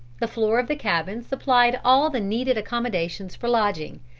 the floor of the cabin supplied all the needed accommodations for lodging.